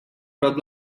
prop